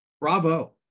bravo